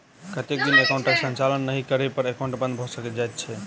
कतेक दिन एकाउंटक संचालन नहि करै पर एकाउन्ट बन्द भऽ जाइत छैक?